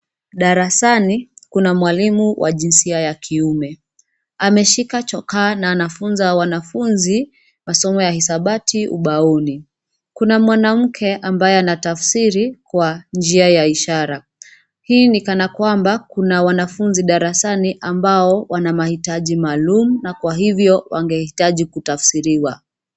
Darasani, kuna mwalimu wa jinsia ya kiume, ameshika chokaa na anafunza wanafunzi masomo ya hisabati ubaoni. Kuna mwanamke ambaye anatafsiri kwa njia ya ishara, hii ni kana kwamba kuna wanafunzi darasani ambao wana mahitaji maalumu na kwa hivyo wangehitaji kutafsiriwa.